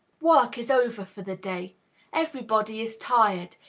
work is over for the day everybody is tired,